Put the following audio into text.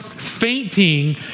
fainting